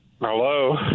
Hello